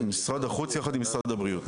משרד החוץ ביחד עם משרד הבריאות.